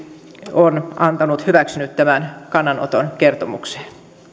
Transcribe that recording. on hyväksynyt tämän kannanoton kertomukseen